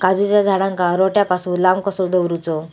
काजूच्या झाडांका रोट्या पासून लांब कसो दवरूचो?